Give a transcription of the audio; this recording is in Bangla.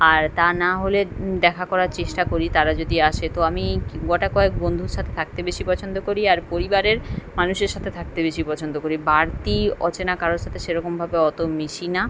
আর তা না হলে দেখা করার চেষ্টা করি তারা যদি আসে তো আমি গোটা কয়েক বন্ধুর সাথে থাকতে বেশি পছন্দ করি আর পরিবারের মানুষের সাথে থাকতে বেশি পছন্দ করি বাড়তি অচেনা কারোর সাথে সেরকমভাবে অতো মিশি না